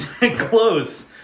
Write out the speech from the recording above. Close